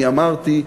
אני אמרתי,